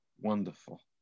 wonderful